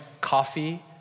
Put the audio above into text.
coffee